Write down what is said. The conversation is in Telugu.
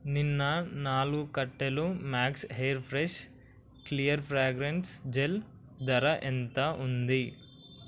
నిన్న నాలుగు కట్టెలు Max air fresh clear fragrance gel ధర ఎంత ఉంది